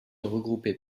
regrouper